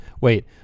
Wait